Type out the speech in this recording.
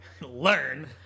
learn